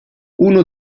uno